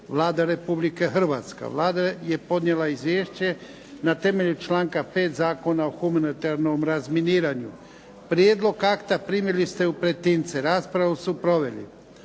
Vlada Republike Hrvatske. Vlada je podnijela izvješće na temelju članka 5. Zakona o humanitarnom razminiranju. Prijedlog akta primili ste u pretince. Raspravu su proveli